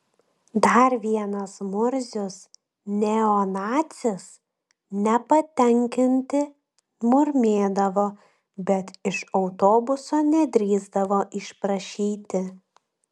dar vienas murzius neonacis nepatenkinti murmėdavo bet iš autobuso nedrįsdavo išprašyti